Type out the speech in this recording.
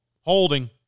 holding